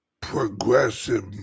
progressive